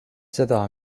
seda